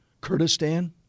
Kurdistan